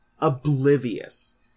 oblivious